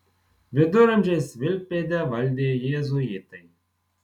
viduramžiais vilkpėdę valdė jėzuitai